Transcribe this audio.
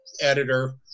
editor